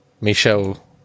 Michelle